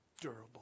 Durable